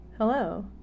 Hello